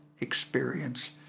experience